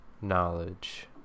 knowledge